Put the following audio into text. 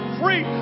free